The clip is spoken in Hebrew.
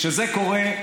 כשזה קורה,